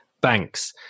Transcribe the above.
banks